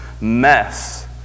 mess